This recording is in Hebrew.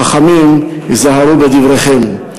חכמים היזהרו בדבריכם.